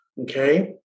okay